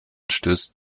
stößt